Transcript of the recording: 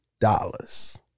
dollars